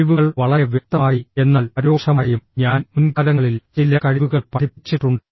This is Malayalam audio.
കഴിവുകൾ വളരെ വ്യക്തമായി എന്നാൽ പരോക്ഷമായും ഞാൻ മുൻകാലങ്ങളിൽ ചില കഴിവുകൾ പഠിപ്പിച്ചിട്ടുണ്ട്